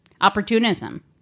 opportunism